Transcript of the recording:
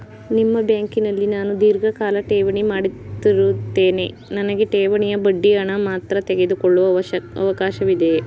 ನಿಮ್ಮ ಬ್ಯಾಂಕಿನಲ್ಲಿ ನಾನು ಧೀರ್ಘಕಾಲ ಠೇವಣಿ ಮಾಡಿರುತ್ತೇನೆ ನನಗೆ ಠೇವಣಿಯ ಬಡ್ಡಿ ಹಣ ಮಾತ್ರ ತೆಗೆದುಕೊಳ್ಳುವ ಅವಕಾಶವಿದೆಯೇ?